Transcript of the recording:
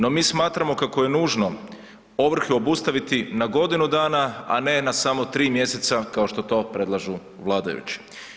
No mi smatramo kako je nužno ovrhe obustaviti na godinu dana, a ne na samo 3 mjeseca kao što to predlažu vladajući.